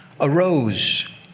arose